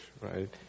right